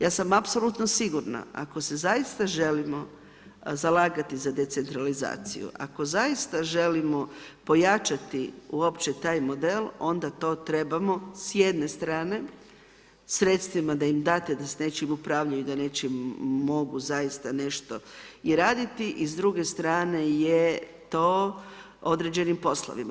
Ja sam apsolutno sigurna, ako se zaista želimo zalagati za decentralizaciju, ako zaista želimo pojačati uopće taj model onda to trebamo s jedne strane, sredstvima da im date s nečim da upravljaju i da nečim mogu zaista nešto i raditi i s druge strane je to određenim poslovima.